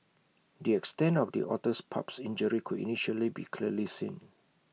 the extent of the otter's pup's injury could initially be clearly seen